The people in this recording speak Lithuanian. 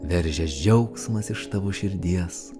veržias džiaugsmas iš tavo širdies